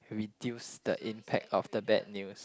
reduce the impact of the bad news